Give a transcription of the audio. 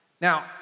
Now